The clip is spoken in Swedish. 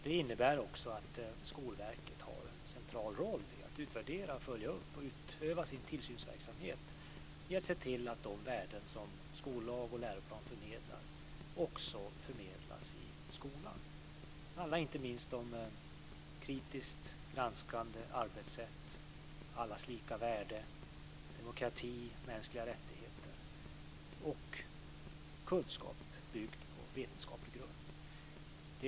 Detta innebär att Skolverket har en central roll i att utvärdera, följa upp och utöva sin tillsynsverksamhet för att se till att de värden som skollag och läroplan förmedlar också överförs i skolan. Det handlar inte minst om ett kritiskt granskande arbetssätt, om allas lika värde, om demokrati och mänskliga rättigheter samt om kunskap byggd på vetenskaplig grund.